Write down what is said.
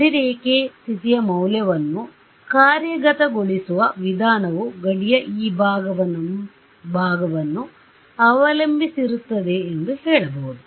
ಗಡಿರೇಖೇ ಸ್ಥಿತಿಯ ಮೌಲ್ಯವನ್ನು ಕಾರ್ಯಗತಗೊಳಿಸುವ ವಿಧಾನವು ಗಡಿಯ ಈ ಭಾಗವನ್ನು ಅವಲಂಬಿಸಿರುತ್ತದೆ ಎಂದು ಹೇಳಬಹುದು